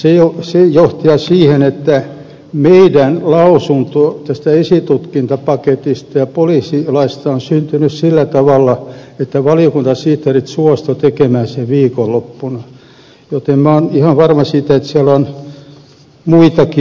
se johti siihen että meidän lausuntomme tästä esitutkintapaketista ja poliisilaista on syntynyt sillä tavalla että valiokuntasihteerit suostuivat tekemään sen viikonloppuna joten minä olen ihan varma siitä että siinä on muitakin erehdyksiä